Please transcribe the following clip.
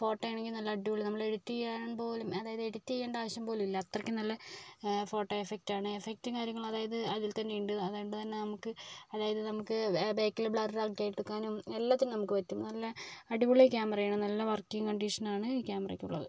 photo ആണെങ്കിൽ നല്ല അടിപൊളി നമ്മൾ എഡിറ്റ് ചെയ്യാൻ പോലും അതായത് എഡിറ്റ് ചെയ്യേണ്ട ആവശ്യം പോലും ഇല്ല അത്രക്കും നല്ല ഫോട്ടോ എഫക്റ്റ് ആണ് എഫക്റ്റും കാര്യങ്ങളും അതിൽ തന്നെ ഉണ്ട് അതു കൊണ്ടു തന്നെ നമുക്ക് അതായത് നമുക്ക് ബേക്കിൽ ബ്ലർ ആക്കി എടുക്കാനും എല്ലാറ്റിനും നമുക്ക് പറ്റും നല്ല അടിപൊളി ക്യാമറ ആണ് നല്ല വർക്കിംഗ് കണ്ടീഷൻ ആണ് ഈ ക്യാമറയിൽ ഉള്ളത്